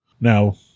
Now